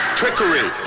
trickery